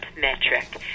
metric